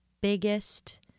biggest